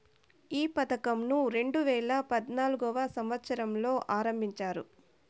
ఈ పథకంను రెండేవేల పద్నాలుగవ సంవచ్చరంలో ఆరంభించారు